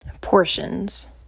portions